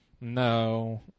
No